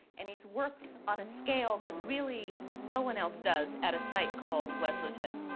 and he works on a scale that really no one else does at a site called west heslerton.